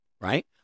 right